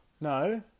No